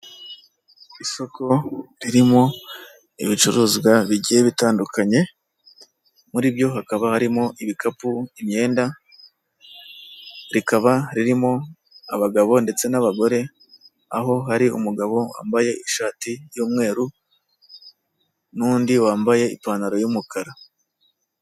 Isoko ririmo ibicuruzwa bigiye bitandukanye, muri byo hakaba harimo ibikapu, imyenda, rikaba ririmo abagabo ndetse n'abagore, aho hari umugabo wambaye ishati y'umweru n'undi wambaye ipantaro y'umukara.